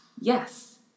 Yes